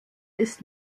ist